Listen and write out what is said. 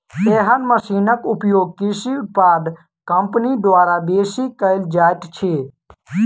एहन मशीनक उपयोग कृषि उत्पाद कम्पनी द्वारा बेसी कयल जाइत अछि